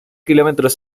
kilómetros